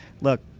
look